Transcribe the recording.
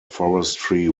forestry